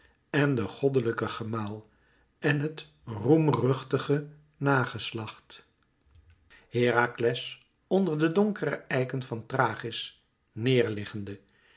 en den goddelijken gemaal en het roemruchtige nageslacht herakles onder de donkere eiken van thrachis neêr liggende